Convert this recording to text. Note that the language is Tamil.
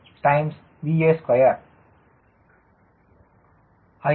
35 VA2 ஐ